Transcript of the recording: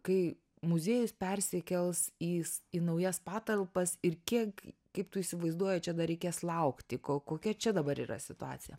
kai muziejus persikels į į naujas patalpas ir kiek kaip tu įsivaizduoji čia dar reikės laukti ko kokia čia dabar yra situacija